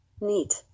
Neat